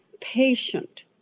patient